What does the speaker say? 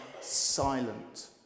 silent